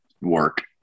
work